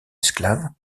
esclave